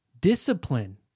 Discipline